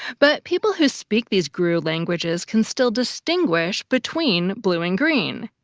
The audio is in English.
but people who speak these grue languages can still distinguish between blue and green.